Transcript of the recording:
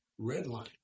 redline